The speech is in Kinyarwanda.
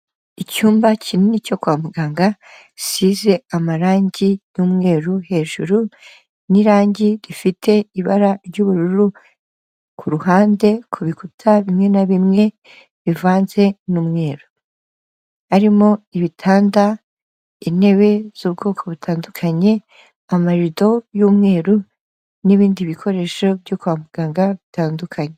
Icyumba kinini cyo kwa muganga gisize amarangi y'umweru, hejuru n'irangi rifite ibara ry'ubururu ku ruhande ku bikuta bimwe na bimwe rivanzemo n'umweru, harimo ibitanda, intebe z'ubwoko butandukanye, amarido y'umweru n'ibindi bikoresho byo kwa muganga bitandukanye.